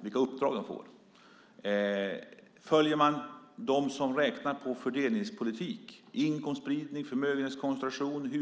Om man över tid följer dessa beräkningar av fördelningspolitik - inkomstspridning, förmögenhetskoncentration, andelen